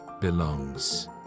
belongs